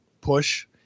push